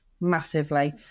massively